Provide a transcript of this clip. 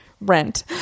rent